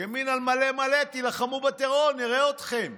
ימין על מלא מלא, תילחמו בטרור, נראה אתכם.